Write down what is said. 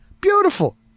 Beautiful